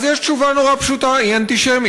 אז יש תשובה נורא פשוטה, היא אנטישמית.